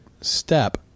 step